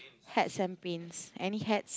hats and pins any hats